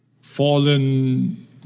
fallen